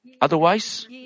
Otherwise